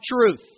truth